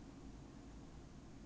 很麻烦 leh